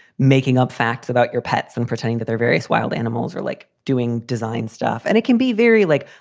making up facts about your pets and pretending that their various wild animals are like doing design stuff? and it can be very like,